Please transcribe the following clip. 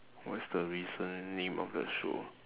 what is the recent name of the show